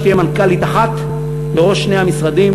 שתהיה מנכ"לית אחת בראש שני המשרדים,